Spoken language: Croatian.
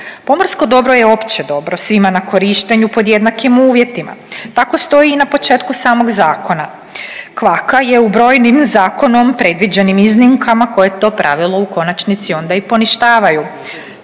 Pomorsko dobro je opće dobro svima na korištenju pod jednakim uvjetima. Tako stoji na početku samog zakona. Kvaka je u brojnim zakonom predviđenim iznimkama koje to pravilo u konačnici onda i poništavaju.